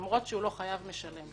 למרות שהוא לא חייב משלם.